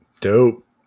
Dope